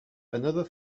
another